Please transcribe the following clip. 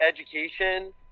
education